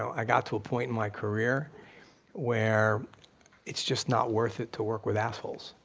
i got to a point in my career where it's just not worth it to work with assholes,